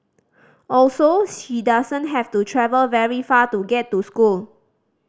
also she doesn't have to travel very far to get to school